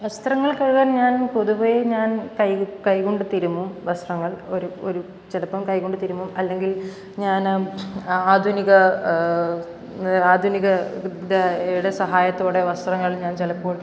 വസ്ത്രങ്ങൾ കഴുകാൻ ഞാൻ പൊതുവേ ഞാൻ കൈ കൈ കൊണ്ട് തിരുമ്മും വസ്ത്രങ്ങൾ ഒരു ഒരു ചിലപ്പം കൈ കൊണ്ട് തിരുമ്മും അല്ലെങ്കിൽ ഞാൻ ആധുനിക ആധുനിക വിദ്യയുടെ സഹായത്തോടെ വസ്ത്രങ്ങൾ ഞാൻ ചിലപ്പോൾ